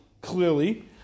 clearly